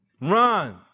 Run